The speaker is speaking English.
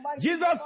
Jesus